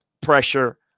pressure